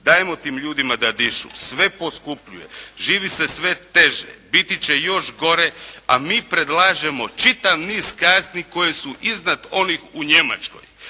Dajmo tim ljudima da dišu. Sve poskupljuje. Živi se sve teže. Biti će još gore, a mi predlažemo čitav niz kazni koje su iznad onih u Njemačkoj.